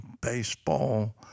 baseball